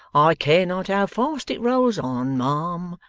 i care not how fast it rolls on, ma'am,